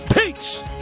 Peace